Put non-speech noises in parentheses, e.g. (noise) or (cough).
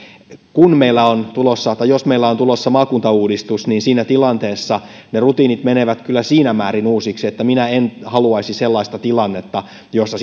kun meillä on tulossa tai jos meillä on tulossa maakuntauudistus niin siinä tilanteessa ne rutiinit menevät kyllä siinä määrin uusiksi että minä en haluaisi sellaista tilannetta jossa (unintelligible)